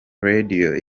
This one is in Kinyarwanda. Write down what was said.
radio